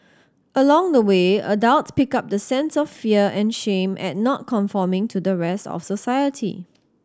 along the way adults pick up the sense of fear and shame at not conforming to the rest of society